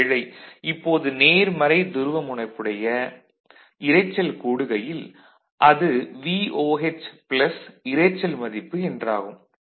ஒரு வேளை இப்போது நேர்மறை துருவமுனைப்புடைய இரைச்சல் கூடுகையில் அது VOH ப்ளஸ் இரைச்சல் மதிப்பு என்றாகும்